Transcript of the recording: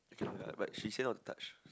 but she say not to touch